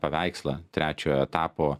paveikslą trečiojo etapo